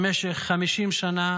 במשך 50 שנה